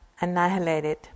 Annihilated